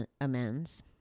amends